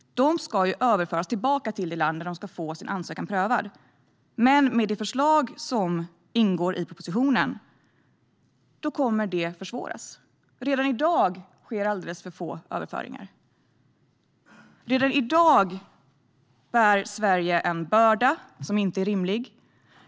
Dessa personer ska överföras tillbaka till det land där de ska få sin ansökan prövad, men med det förslag som ingår i propositionen kommer detta att försvåras. Redan i dag sker alldeles för få överföringar. Redan i dag bär Sverige en börda som inte är rimlig.